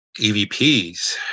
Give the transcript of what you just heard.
EVPs